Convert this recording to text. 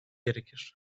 gerekir